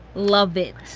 love it.